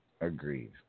Agreed